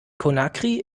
conakry